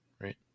right